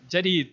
Jadi